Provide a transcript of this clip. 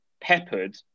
peppered